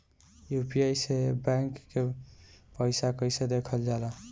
UPI से bank के पैसा कैसे देखल जाला?